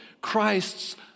Christ's